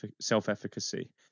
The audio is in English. self-efficacy